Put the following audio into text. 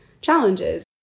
challenges